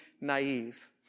naive